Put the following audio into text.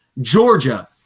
Georgia